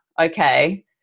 okay